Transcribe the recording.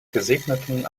gesegneten